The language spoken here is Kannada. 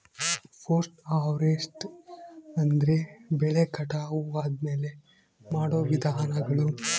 ಪೋಸ್ಟ್ ಹಾರ್ವೆಸ್ಟ್ ಅಂದ್ರೆ ಬೆಳೆ ಕಟಾವು ಆದ್ಮೇಲೆ ಮಾಡೋ ವಿಧಾನಗಳು